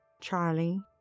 Charlie